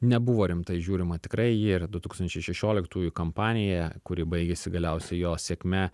nebuvo rimtai žiūrima tikrai į jį ir du tūkstančiai šešioliktųjų kampanija kuri baigėsi galiausiai jo sėkme